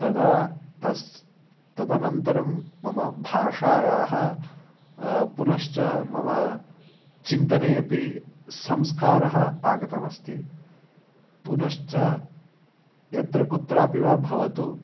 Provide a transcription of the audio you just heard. तदा तस् तदनन्तरं मम भाषायाः पुनश्च मम चिन्तनेपि संस्कारः आगतमस्ति पुनश्च यत्र कुत्रापि वा भवतु